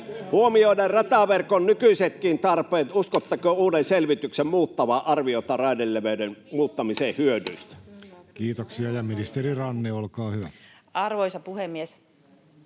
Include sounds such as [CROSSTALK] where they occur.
Huomioiden rataverkon nykyisetkin tarpeet [NOISE] uskotteko uuden selvityksen muuttavan arviota raideleveyden muuttamisen [NOISE] hyödyistä? Kiitoksia. — Ministeri Ranne, olkaa hyvä. Arvoisa puhemies!